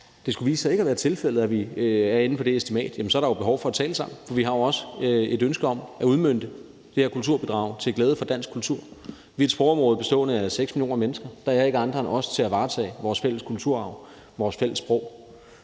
det skulle vise sig ikke at være tilfældet, at vi er inden for det estimat, er der behov for at tale sammen, for vi har jo også et ønske om at udmønte det her kulturbidrag til glæde for dansk kultur. Vi er et sprogområde bestående af 6 millioner mennesker. Der er ikke andre end os til at varetage vores fælles kulturarv og vores fælles sprog,